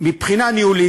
מבחינה ניהולית,